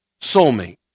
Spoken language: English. soulmate